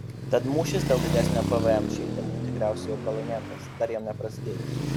tad mūšis dėl didesnio pvm šildymui tikriausiai jau pralaimėtas dar jam neprasidėjus